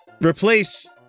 Replace